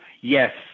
Yes